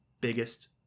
biggest